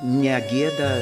ne gėda